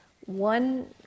One